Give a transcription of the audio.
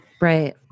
right